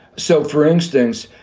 so, for instance,